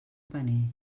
paner